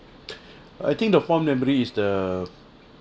I think the fond memory is the